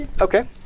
Okay